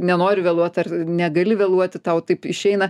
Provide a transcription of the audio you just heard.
nenori vėluot ar negali vėluoti tau taip išeina